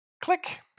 click